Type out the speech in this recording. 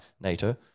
NATO